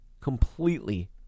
completely